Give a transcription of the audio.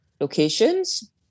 locations